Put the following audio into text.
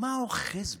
מה אוחז בכם?